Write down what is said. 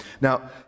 Now